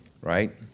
Right